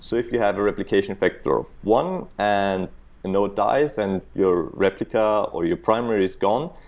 so if you have a replication factor of one and no dies and your replica, or your primary is gone,